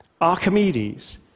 Archimedes